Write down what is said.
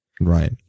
Right